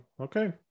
okay